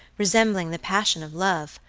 resembling the passion of love,